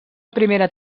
primera